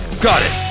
got it!